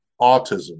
autism